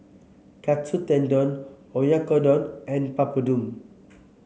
Katsu Tendon Oyakodon and Papadum